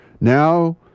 Now